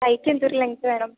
കൈയ്ക്ക് എന്തോരം ലെങ്ത്ത് വേണം